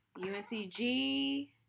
UNCG